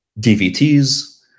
DVTs